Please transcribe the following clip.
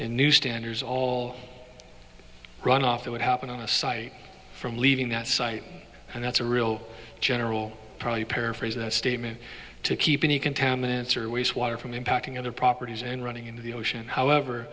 in new standards all runoff that would happen on the site from leaving that site and that's a real general prayuth paraphrase that statement to keep any contaminants or waste water from impacting other properties and running into the ocean however